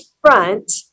front